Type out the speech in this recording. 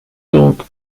donc